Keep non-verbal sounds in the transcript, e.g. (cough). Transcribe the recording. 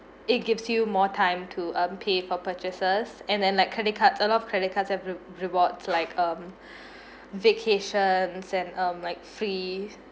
it gives you more time to uh pay for purchases and then like credit card a lot of credit card have re~ rewards like um (breath) vacations and um like free